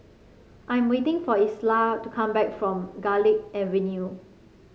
I'm waiting for Isla to come back from Garlick Avenue